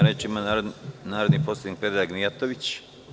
Reč ima narodni poslanik Predrag Mijatović.